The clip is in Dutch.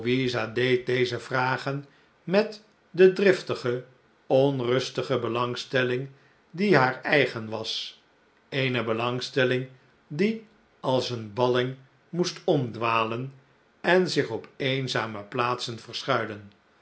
deed deze vragen met de driftige onrustige belangstelling die haar eigen was eene belangstelling die als een balling moest omdwalen en zich op eenzame plaatsen verschuilen